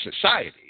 society